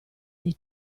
dei